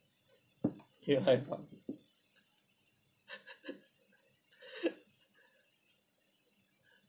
ya I doubt